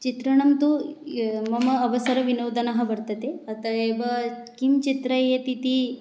चित्रणं तु मम अवसरविनोदनं वर्तते अतः एव किं चित्रयेत् इति